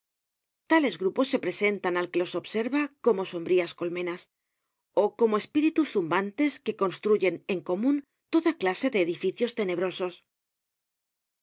tales grupos se presentan al que los observa como sombrías colmenas ó como espíritus zumbantes que construyen en comun toda clase de edificios tenebrosos